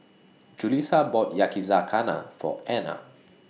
Julissa bought Yakizakana For Ana